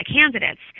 candidates